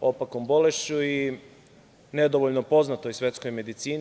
opakom bolešću i nedovoljno poznatoj svetskoj medicini.